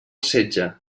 setge